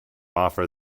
offer